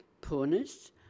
poorness